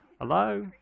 hello